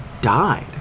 died